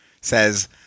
says